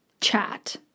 chat